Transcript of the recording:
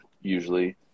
usually